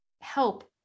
help